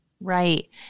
Right